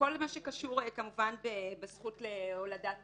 כל מה שקשור כמובן בזכות להולדת